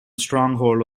stronghold